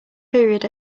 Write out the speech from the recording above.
period